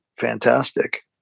fantastic